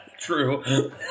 true